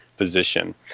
Position